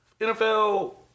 nfl